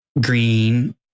green